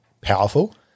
powerful